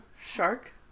Shark